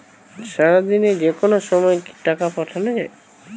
সারাদিনে যেকোনো সময় কি টাকা পাঠানো য়ায়?